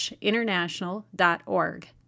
international.org